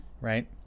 Right